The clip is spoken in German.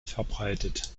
verbreitet